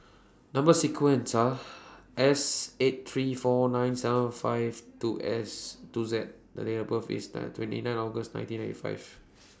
Number sequence Are S eight three four nine seven five two S two Z The Date of birth that twenty nine August nineteen ninety five